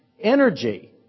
energy